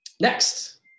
Next